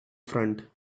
front